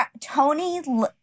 Tony